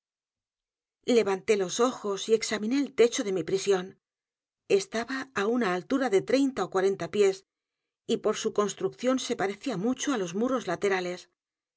levanté los ojos y examiné el techo de mi prisión estaba á una altura de treinta ó cuarenta pies y por su construcción se parecía mucho á los muros laterales